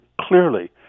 clearly